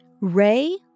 Ray